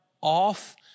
off